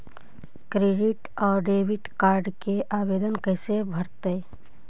Credit और debit card के आवेदन कैसे भरैतैय?